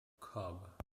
cobb